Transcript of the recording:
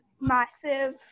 massive